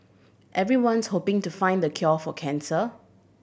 everyone's hoping to find the cure for cancer